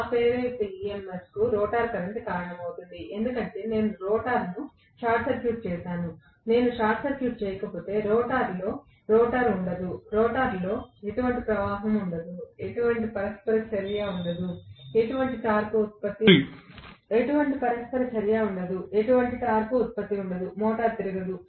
ఆ ప్రేరేపిత EMF rotor కరెంట్కు కారణమవుతుంది ఎందుకంటే నేను రోటర్ను షార్ట్ సర్క్యూట్ చేశాను నేను షార్ట్ సర్క్యూట్ చేయకపోతే రోటర్లో రోటర్ ఉండదు రోటర్లో ఎటువంటి ప్రవాహం ఉండదు ఎటువంటి పరస్పర చర్య ఉండదు ఎటువంటి టార్క్ ఉత్పత్తి ఉండదు మోటారు తిరగదు